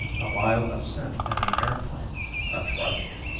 a mile ascent in an airplane a trifle.